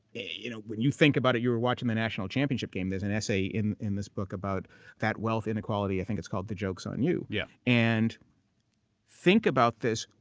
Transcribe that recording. you know when you think about it, you were watching the national championship game. there's an essay in in this book about that wealth inequality. i think it's called the jokes on you. yeah and think about this.